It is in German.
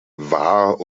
war